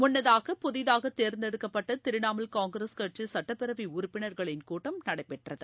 முன்னதாக புதிதாக தேர்ந்தெடுக்கப்பட்ட திரணாமுல் காங்கிரஸ் கட்சி சட்டப்பேரவை உறுப்பினர்களின் கூட்டம் நடைபெற்றது